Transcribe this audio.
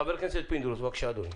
חבר הכנסת פינדרוס, בבקשה, אדוני.